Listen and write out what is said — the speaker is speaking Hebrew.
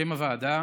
שם הוועדה